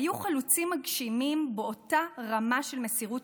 היו חלוצים מגשימים באותה רמה של מסירות